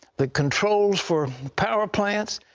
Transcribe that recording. the controls for power plants,